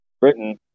Britain